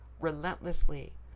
relentlessly